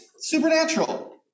supernatural